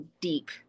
deep